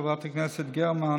חברת הכנסת גרמן,